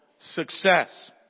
success